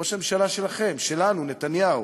ראש הממשלה שלכם, שלנו, נתניהו,